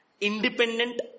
Independent